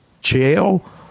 jail